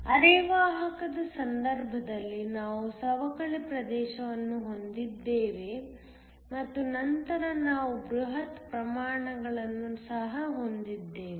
ಅರೆವಾಹಕದ ಸಂದರ್ಭದಲ್ಲಿ ನಾವು ಸವಕಳಿ ಪ್ರದೇಶವನ್ನು ಹೊಂದಿದ್ದೇವೆ ಮತ್ತು ನಂತರ ನಾವು ಬೃಹತ್ ಪ್ರಮಾಣವನ್ನು ಸಹ ಹೊಂದಿದ್ದೇವೆ